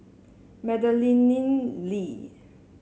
Madeleine Lee